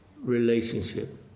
relationship